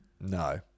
No